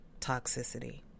toxicity